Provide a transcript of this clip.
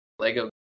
Lego